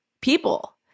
people